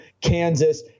Kansas